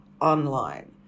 online